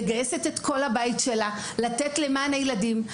מגייסת את כל הבית שלה לתת למען הילדים,